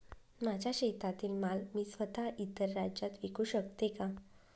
माझ्या शेतातील माल मी स्वत: इतर राज्यात विकू शकते का?